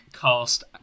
cast